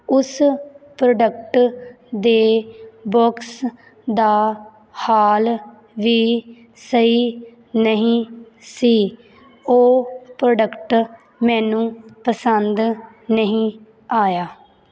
ਉਸ ਪ੍ਰੋਡਕਟ ਦੇ ਬੋਕਸ ਦਾ ਹਾਲ ਵੀ ਸਹੀ ਨਹੀਂ ਸੀ ਉਹ ਪ੍ਰੋਡਕਟ ਮੈਨੂੰ ਪਸੰਦ ਨਹੀਂ ਆਇਆ